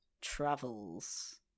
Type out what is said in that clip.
travels